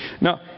Now